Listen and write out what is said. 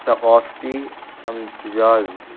ثقافتی امتزاج